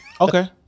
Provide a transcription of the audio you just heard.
Okay